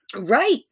Right